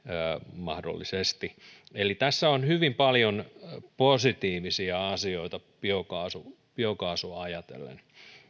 mahdollisesti eli tässä on hyvin paljon positiivisia asioita biokaasua ajatellen